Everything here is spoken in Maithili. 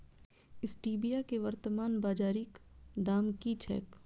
स्टीबिया केँ वर्तमान बाजारीक दाम की छैक?